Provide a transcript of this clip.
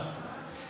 קצובה.